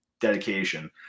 dedication